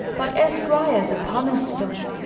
but as dry as a pumice-stone.